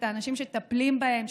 את האנשים שמטפלים בהם,